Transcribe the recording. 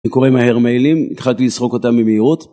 אני קורא מהר מיילים, התחלתי לסרוק אותם במהירות